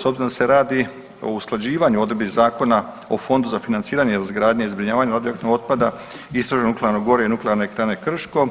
S obzirom da se radi o usklađivanju odredbi Zakona o Fondu za financiranje izgradnje i zbrinjavanju radioaktivnog otpada i istrošenog nuklearnog goriva Nuklearne elektrane Krško